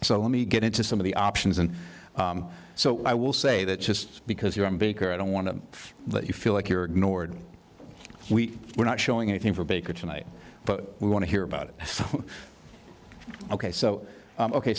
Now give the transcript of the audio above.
so let me get into some of the options and so i will say that just because you're a baker i don't want to let you feel like you're ignored we were not showing anything for baker tonight but we want to hear about it ok so